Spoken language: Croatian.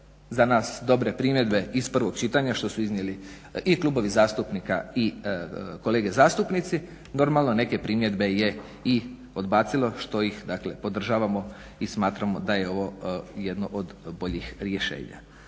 za nas dobre primjedbe iz prvog čitanja što su iznijeli i klubovi zastupnika i kolege zastupnici. Normalno neke primjedbe je i odbacilo što ih dakle podržavamo i smatramo da je ovo jedno od boljih rješenja.